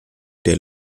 der